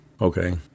Okay